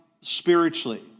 spiritually